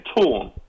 torn